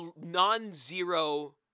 non-zero